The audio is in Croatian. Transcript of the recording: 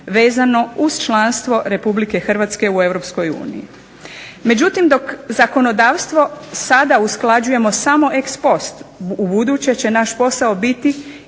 vezano uz članstvo Republike Hrvatske u Europskoj uniji. Međutim dok zakonodavstvo sada usklađujemo samo ex post, ubuduće će naš posao biti